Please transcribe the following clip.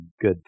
good